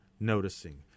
Noticing